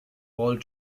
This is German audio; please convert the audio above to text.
all